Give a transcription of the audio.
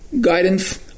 guidance